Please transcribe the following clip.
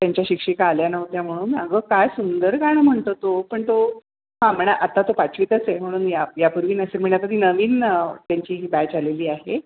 त्यांच्या शिक्षिका आल्या नव्हत्या म्हणून अगं काय सुंदर गाणं म्हणतो तो पण तो हां म्हणा आत्ता तो पाचवीतच आहे म्हणून मी या या पूर्वी नसेल म्हणलं आता ती नवीन त्यांची बॅच आलेली आहे